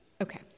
Okay